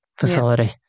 facility